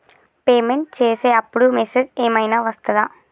Payment చేసే అప్పుడు message ఏం ఐనా వస్తదా?